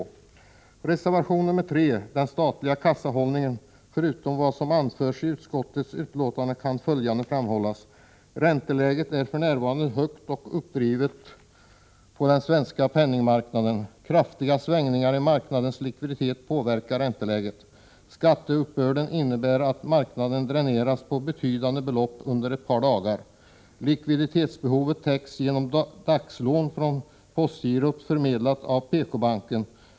Beträffande reservation 3, som tar upp den statliga kassahållningen, kan man, förutom vad som anförs i utskottsbetänkandet, framhålla följande: Ränteläget är för närvarande högt uppdrivet på den svenska penningmarknaden, och kraftiga svängningar i marknadens likviditet påverkar ränteläget. Skatteuppbörden innebär att marknaden dräneras på betydande belopp under ett par dagar. Likviditetsbehovet täcks genom dagslån från postgirot förmedlade av PK-banken.